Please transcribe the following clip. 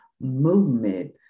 movement